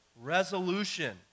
Resolution